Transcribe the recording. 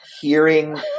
hearing